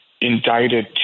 indicted